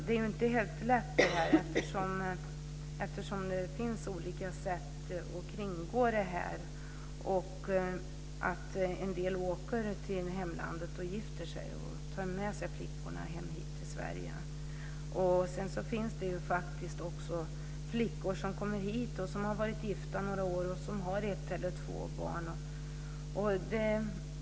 Det är inte helt lätt eftersom det finns olika sätt att kringgå det här. En del åker till hemlandet och gifter sig och tar med sig flickorna hit till Sverige. Sedan finns det faktiskt också flickor som kommer hit som har varit gifta några år och som har ett eller två barn.